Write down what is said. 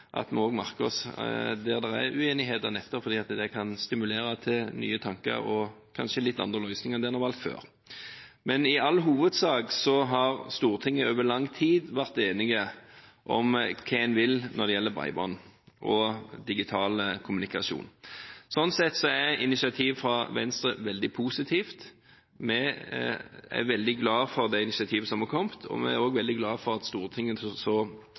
at vi i regjeringen også merker oss hvor det er uenigheter, for det kan stimulere til nye tanker og kanskje litt andre løsninger enn det en har valgt før. Men i all hovedsak har Stortinget over lang tid vært enig om hva en vil når det gjelder bredbånd og digital kommunikasjon. Sånn sett er initiativet fra Venstre veldig positivt. Vi er veldig glad for det initiativet som har kommet, og vi er også veldig glad for at Stortinget så